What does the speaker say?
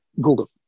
Google